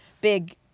big